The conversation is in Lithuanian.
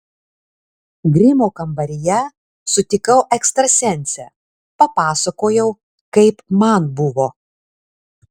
grimo kambaryje sutikau ekstrasensę papasakojau kaip man buvo